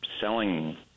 selling